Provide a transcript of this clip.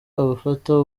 abafata